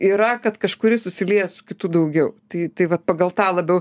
yra kad kažkuris susilieja su kitu daugiau tai tai vat pagal tą labiau